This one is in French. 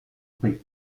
prix